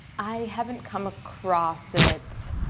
i haven't come across it